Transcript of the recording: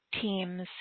teams